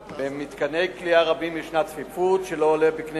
במתקני כליאה רבים יש צפיפות שלא עולה בקנה